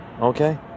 okay